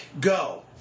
go